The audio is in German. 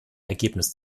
ergebnis